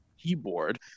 keyboard